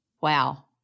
Wow